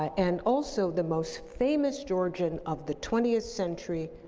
and also the most famous georgian of the twentieth century,